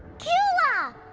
cula!